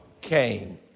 Came